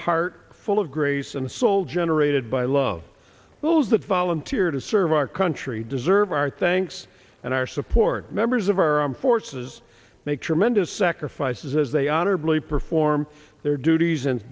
heart full of grace and a soul generated by love those that volunteer to serve our country deserve our thanks and our support members of our armed forces make sure mendus sacrifices as they honorably perform their duties and